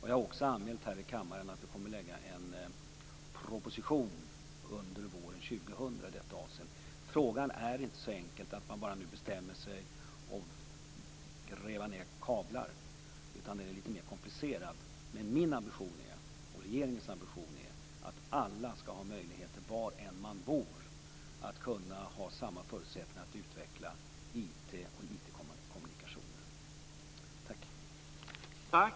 Jag har också anmält här i kammaren att vi kommer att lägga fram en proposition i detta avseende under våren 2000. Frågan är inte så enkel att man nu bara kan bestämma sig för att gräva ned kablar. Den är lite mer komplicerad. Men min och regeringens ambition är att alla, var man än bor, skall ha samma förutsättningar att kunna utveckla IT och IT